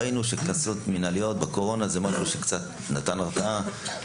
ראינו שקנסות מנהליות בקורונה זה משהו שקצת נתן הרתעה